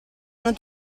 hanno